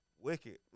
Wicked